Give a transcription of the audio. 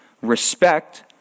respect